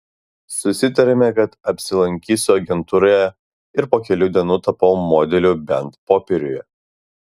susitarėme kad apsilankysiu agentūroje ir po kelių dienų tapau modeliu bent popieriuje